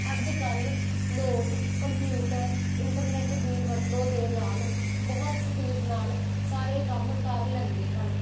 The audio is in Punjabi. ਅੱਜ ਕੱਲ੍ਹ ਲੋਕ ਕੰਪਿਊਟਰ ਇੰਟਰਨੈੱਟ ਦੀ ਵਰਤੋਂ ਦੇ ਨਾਲ਼ ਬਹੁਤ ਸਪੀਡ ਨਾਲ਼ ਸਾਰੇ ਕੰਮ ਕਰ ਲੈਂਦੇ ਹਨ